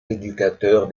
éducateurs